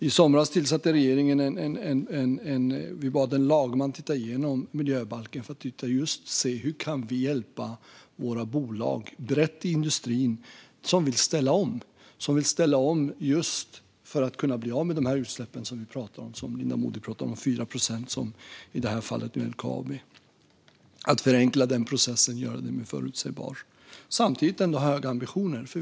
I somras bad regeringen en lagman titta igenom miljöbalken just för att se hur vi kan hjälpa våra bolag, brett i industrin, som vill ställa om för att kunna bli av med de utsläpp som vi talar om, 4 procent talade Linda Modig om i fallet LKAB. Hur kan vi förenkla den processen och göra den mer förutsägbar och samtidigt ändå ha höga ambitioner?